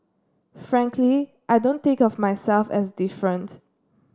frankly I don't think of myself as different